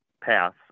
path